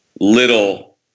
little